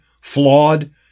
flawed